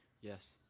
yes